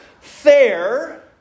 fair